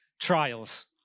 trials